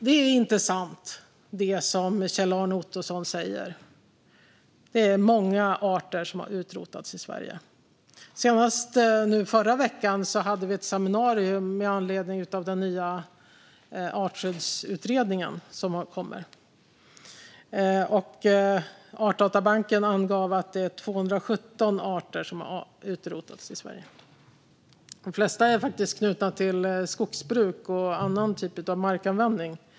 Det som Kjell-Arne Ottosson säger är inte sant. Det är många arter som har utrotats i Sverige. Senast i förra veckan hade vi ett seminarium med anledning av den nya artskyddsutredning som har kommit. Artdatabanken angav att det är 217 arter som har utrotats i Sverige, varav de flesta är knutna till skogsbruk och annan typ av markanvändning.